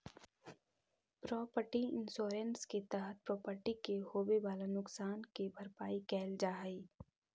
property insurance के तहत property के होवेऽ वाला नुकसान के भरपाई कैल जा हई